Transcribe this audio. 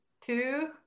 two